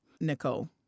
Nicole